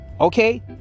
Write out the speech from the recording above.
Okay